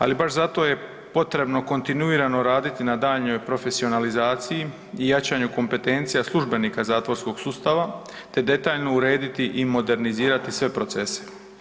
Ali, baš zato je potrebno kontinuirano raditi na daljnjoj profesionalizaciji i jačanju kompetencija službenika zatvorskog sustava te detaljno urediti i modernizirati sve procese.